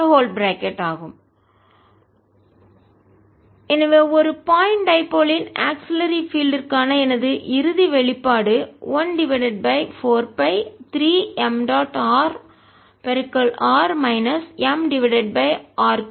rr mr3 எனவே ஒரு point dipole புள்ளி இருமுனை யின் ஆக்ஸிலரி பீல்டு துணை புலம் ற்கான எனது இறுதி வெளிப்பாடு 1 divided by 4 pi 3 m dot r r minus m divided by r 3 ஆகும்